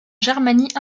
germanie